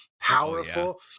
powerful